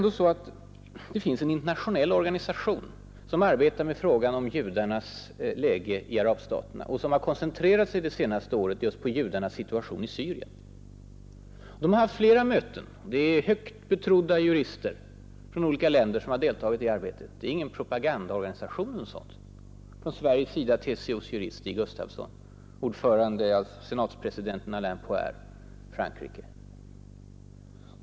Det finns en internationell organisation som arbetar med frågan om judarnas läge i arabstaterna och som under det senaste året har koncentrerat sig just på judarnas situation i Syrien. Organisationen har haft flera möten. Det är högt betrodda jurister från olika länder som har deltagit i arbetet. Det är ingen propagandaorganisation eller något sådant. Från Sveriges sida deltar TCO:s jurist Stig Gustafsson, och ordförande är senatspresidenten Alain Poher, Frankrike.